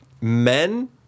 men